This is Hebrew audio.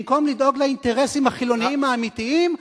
במקום לדאוג לאינטרסים החילוניים האמיתיים,